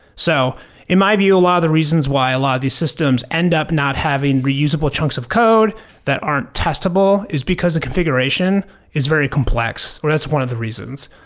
so in my view, a lot of the reasons why a lot of these systems end up not having reusable chunks of code that aren't testable is because the configuration is very complex. well, that's one of the reasons.